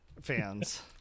fans